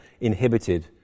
inhibited